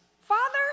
father